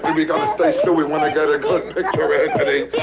and we gotta stay still. we wanna get a good picture, anthony.